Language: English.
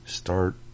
start